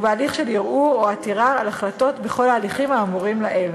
ובהליך של ערעור או עתירה על החלטות בכל ההליכים האמורים לעיל.